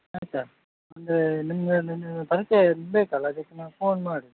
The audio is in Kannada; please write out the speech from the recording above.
ಆಯಿತಾ ಒಂದು ನಿಮ್ಮ ಪರಿಚಯ ಇರಬೇಕಲ್ಲ ಅದಕ್ಕೆ ನಾವು ಫೋನ್ ಮಾಡುದು